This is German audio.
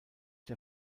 der